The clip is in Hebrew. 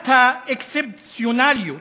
תפיסת האקספציונליות,